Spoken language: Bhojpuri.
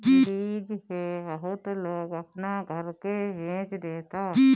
लीज पे बहुत लोग अपना घर के बेच देता